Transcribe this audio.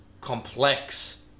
complex